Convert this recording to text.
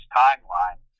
timeline